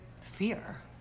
Fear